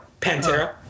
pantera